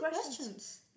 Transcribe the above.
questions